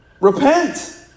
Repent